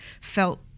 felt